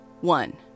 one